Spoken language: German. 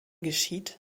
geschieht